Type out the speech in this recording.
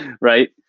right